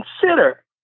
consider